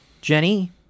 Jenny